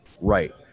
right